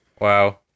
wow